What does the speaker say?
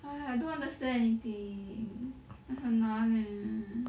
!haiya! I don't understand anything 很难 eh